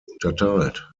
unterteilt